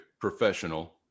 professional